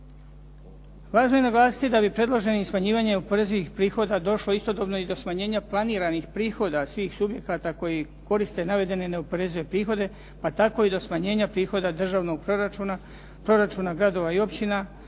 Važno je naglasiti da bi predloženim smanjivanjem oporezivih prihoda došlo istodobno i do smanjenja planiranih prihoda svih subjekata koji koriste navedene neoporezive prihode pa tako i do smanjenja prihoda državnog proračuna, proračuna gradova i općina,